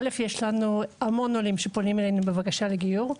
א' יש לנו המון עולים שפונים אלינו בבקשה לגיור.